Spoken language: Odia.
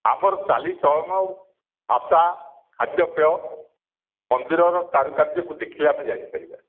ଆମର ଚାଲିଚଳନ ଭାଷା ଖାଦ୍ୟପେୟ ମନ୍ଦିର ର କାରୁକାର୍ଯ୍ୟକୁ ଦେଖିଲେ ଆମେ ଜାଣିପାରିବା